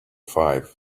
five